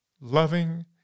loving